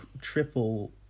triple